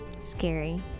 scary